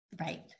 Right